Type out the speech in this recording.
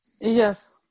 Yes